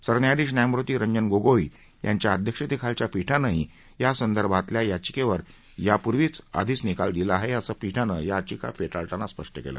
सरन्यायाधीश न्यायमूर्ती रंजन गोगोई यांच्या अध्यक्षतेखालच्या पीठानंही यासंदर्भातल्या याचिकेवर यापूर्वीच निकाल दिला आहे असं पीठानं याचिका फेटाळताना स्पष्ट केलं